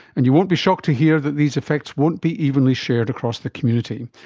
and you won't be shocked to hear that these effects won't be evenly shared across the community,